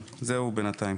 זהו בינתיים.